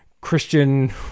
Christian